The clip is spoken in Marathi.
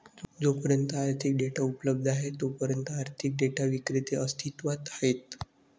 जोपर्यंत आर्थिक डेटा उपलब्ध आहे तोपर्यंत आर्थिक डेटा विक्रेते अस्तित्वात आहेत